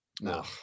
No